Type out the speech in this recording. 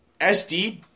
SD